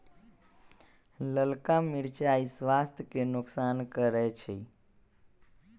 ललका मिरचाइ स्वास्थ्य के नोकसान करै छइ